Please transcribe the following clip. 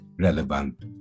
relevant